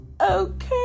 okay